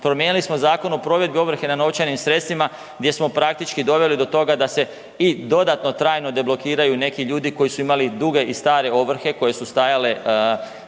promijenili smo Zakon o provedbi ovrhe na novčanim sredstvima gdje smo praktički doveli do toga da se i dodatno trajno deblokiraju neki ljude koji su imali duge i stare ovrhe koje su stajale